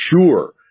sure